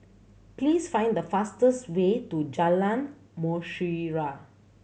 please find the fastest way to Jalan Mutiara